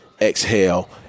exhale